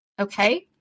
okay